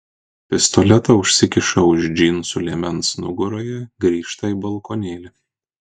pistoletą užsikiša už džinsų liemens nugaroje grįžta į balkonėlį